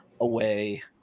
Away